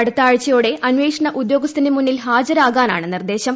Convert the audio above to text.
അടുത്ത ആഴ്ചയോടെ അന്വേഷണ ഉദ്യോഗസ്ഥനു മുന്നിൽ ഹാജരാകാനാണ് നിർദ്ദേശം